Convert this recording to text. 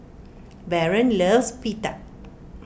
Baron loves Pita